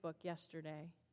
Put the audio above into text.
yesterday